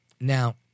Now